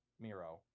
Miro